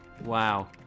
wow